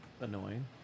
annoying